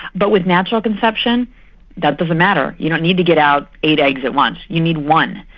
but with natural conception that doesn't matter, you don't need to get out eight eggs at once, you need one.